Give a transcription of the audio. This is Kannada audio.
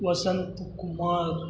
ವಸಂತ್ ಕುಮಾರ್